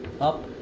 Up